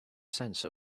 sense